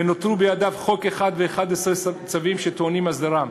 ונותרו בידיו חוק אחד ו-11 צווים שטעונים הסדרה.